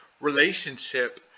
relationship